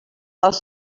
els